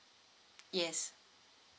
yes